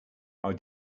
our